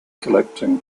collecting